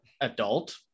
adult